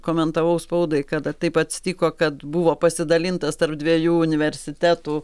komentavau spaudai kada taip atsitiko kad buvo pasidalintas tarp dviejų universitetų